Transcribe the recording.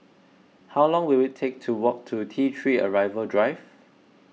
how long will it take to walk to T three Arrival Drive